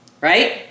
right